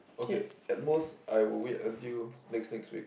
okay at most I will wait until next next week